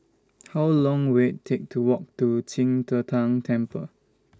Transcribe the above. How Long Will IT Take to Walk to Qing De Tang Temple